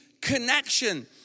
connection